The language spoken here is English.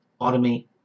automate